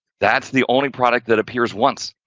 that's the only product that appears once,